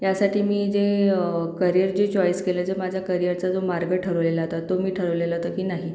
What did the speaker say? यासाठी मी जे करियर जे चॉईस केलं जे माझ्या करिअरचा जो मार्ग ठरवलेला तर तो मी ठरवलेला तर की नाही